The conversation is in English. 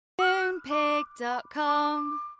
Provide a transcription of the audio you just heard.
Moonpig.com